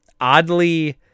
oddly